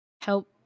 help